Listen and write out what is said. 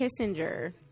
Kissinger